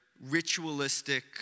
ritualistic